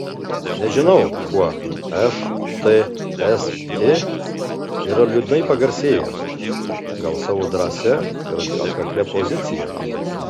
nežinau kuo žtsi yra liūdnai pagarsėjęs gal savo drąsia ir atkaklia pozicija